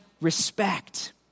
respect